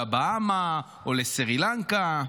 לבהאמה או לסרי לנקה.